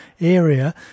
area